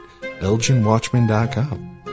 elginwatchman.com